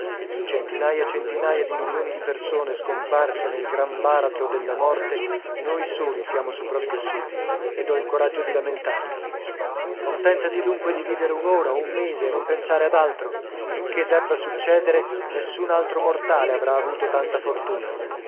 su centinaia e centinaia di milioni di persone scomparse nel gran baratro della morte noi soli siamo sopravvissuti ed ho il coraggio di lamentarmi contentati dunque di vivere un'ora o un mese e non pensare ad altro checché debba succedere nessun altro mortale avrà avuto tanta fortuna